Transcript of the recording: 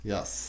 Yes